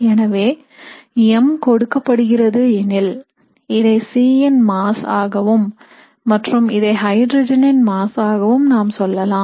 எனவே m கொடுக்கப்படுகிறது எனில் இதை C ன் mass ஆகவும் மற்றும் இதை ஹைட்ரஜனின் mass ஆகவும் நாம் சொல்லலாம்